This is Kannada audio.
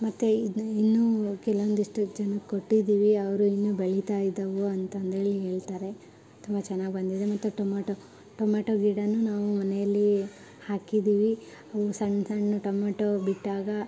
ಮತ್ತು ಇದನ್ನ ಇನ್ನು ಕೆಲವೊಂದಿಷ್ಟು ಜನಕ್ಕೆ ಕೊಟ್ಟಿದೀವಿ ಅವರು ಇನ್ನೂ ಬೆಳೀತ ಇದಾವು ಅಂತಂದೇಳಿ ಹೇಳ್ತಾರೆ ತುಂಬ ಚೆನ್ನಾಗ್ ಬಂದಿದೆ ಮತ್ತು ಟೊಮಟೊ ಟೊಮೆಟೊ ಗಿಡಾನೂ ನಾವು ಮನೆಯಲ್ಲಿ ಹಾಕಿದೀವಿ ಅವು ಸಣ್ಣ ಸಣ್ಣ ಟೊಮೆಟೊ ಬಿಟ್ಟಾಗ